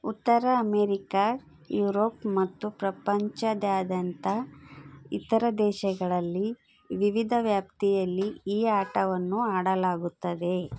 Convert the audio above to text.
ಉತ್ತರ America Europe ಮತ್ತು ಪ್ರಪಂಚದಾದ್ಯಂತ ಇತರ ದೇಶಗಳಲ್ಲಿ ವಿವಿಧ ವ್ಯಾಪ್ತಿಯಲ್ಲಿ ಈ ಆಟವನ್ನು ಆಡಲಾಗುತ್ತದೆ